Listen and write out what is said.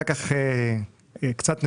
אחר כך קצת נסוגו.